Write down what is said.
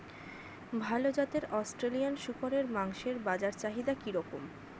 ভাল জাতের অস্ট্রেলিয়ান শূকরের মাংসের বাজার চাহিদা কি রকম?